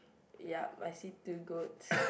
yup I see two goats